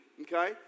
Okay